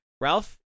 Ralph